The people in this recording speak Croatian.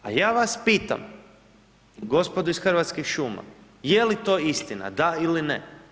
A ja vas pitam gospodo iz Hrvatskih šuma je li to istina, da ili ne?